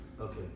Okay